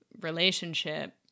relationship